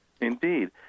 Indeed